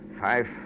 five